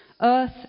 earth